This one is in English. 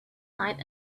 night